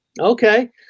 Okay